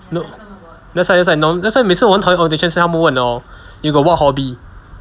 no that's why that's why nor~ that's why 每次我很讨厌 orientation 是他们问 hor you got what hobby